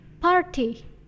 Party